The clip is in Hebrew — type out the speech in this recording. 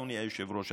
אדוני היושב-ראש,